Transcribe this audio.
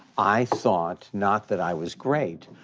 i thought not that i was great,